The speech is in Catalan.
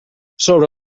sobre